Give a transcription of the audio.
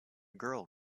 girl